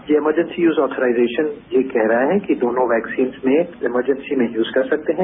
ये emergency authorisation ये कहना है कि दोनों वैक्सीन्स में एमरजेसी में यूज कर सकते हैं